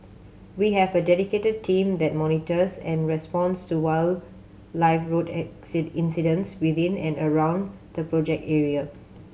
we have a dedicated team that monitors and responds to wildlife road incidents within and around the project area